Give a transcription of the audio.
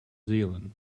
zealand